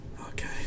Okay